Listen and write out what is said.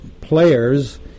players